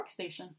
workstation